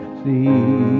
see